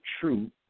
true